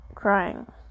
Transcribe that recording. crying